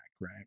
right